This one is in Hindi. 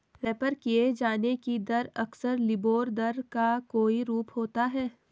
रेफर किये जाने की दर अक्सर लिबोर दर का कोई रूप होता है